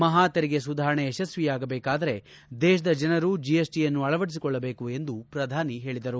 ಮಹಾತೆರಿಗೆ ಸುಧಾರಣೆ ಯಶಸ್ತಿಯಾಗಬೇಕಾದರೆ ದೇಶದ ಜನರು ಜಿಎಸ್ಟಿಯನ್ನು ಅಳವಡಿಸಿಕೊಳ್ಳಬೇಕು ಎಂದು ಪ್ರಧಾನಿ ಹೇಳಿದರು